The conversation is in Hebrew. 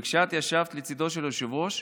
וכשאת ישבת לצידו של היושב-ראש,